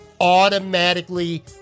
automatically